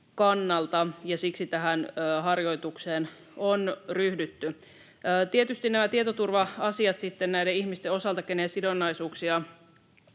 kannalta, ja siksi tähän harjoitukseen on ryhdytty. Tietysti tietoturva-asiat sitten näiden ihmisten osalta, keiden sidonnaisuuksia